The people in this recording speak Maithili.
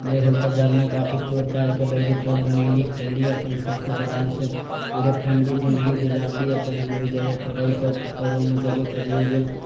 नहि होल तऽ जरना काठी तोड़ तार के लयली तब बनेली खयली अपन सब किछु आराम से पूरे फैमिली जिंदगी गुजारली अपन ओहि जगह पर रहि के की करू हमर सबके कभी हो गेल